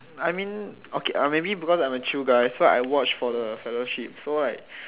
I mean okay um maybe cause I'm a chill guy so I watch for the fellowship so like